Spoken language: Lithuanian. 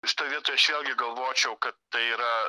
šitoj vietoj aš vėlgi galvočiau kad tai yra